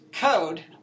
code